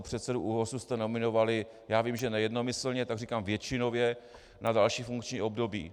Předsedu ÚOHS jste nominovali, já vím, že ne jednomyslně, tak říkám většinově, na další funkční období.